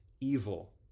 evil